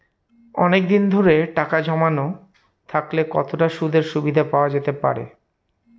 অনেকদিন ধরে টাকা জমানো থাকলে কতটা সুদের সুবিধে পাওয়া যেতে পারে?